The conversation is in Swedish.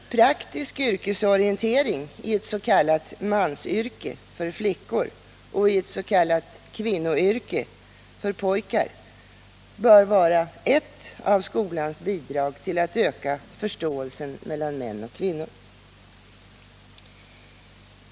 Praktisk yrkesorientering i ett s.k. mansyrke för flickor och i ett s.k. kvinnoyrke för pojkar bör vara ett av skolans bidrag till att öka förståelsen mellan män och kvinnor.